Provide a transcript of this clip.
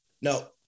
Now